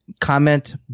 comment